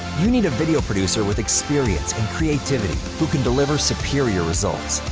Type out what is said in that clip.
you need a video producer with experience and creativity who can deliver superior results.